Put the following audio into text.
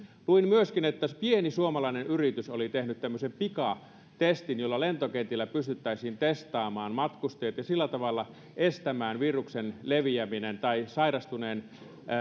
luin myöskin että pieni suomalainen yritys oli tehnyt tämmöisen pikatestin jolla lentokentillä pystyttäisiin testaamaan matkustajat ja sillä tavalla estämään viruksen leviäminen tai sairastuneen